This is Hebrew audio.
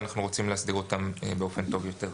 ואנחנו רוצים להסדיר אותם באופן טוב יותר.